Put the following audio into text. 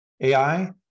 AI